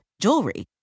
jewelry